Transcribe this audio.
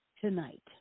tonight